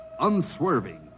Unswerving